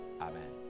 Amen